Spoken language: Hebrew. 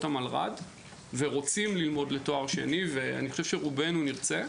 המלר"ד ורוצים ללמוד לתואר שני ורובנו נרצה